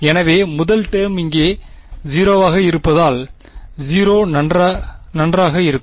எனவே இந்த முதல் டேர்ம் இங்கே 0 ஆக இருப்பதால் ε 0 நன்றாக இருக்கும்